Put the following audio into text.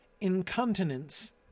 Incontinence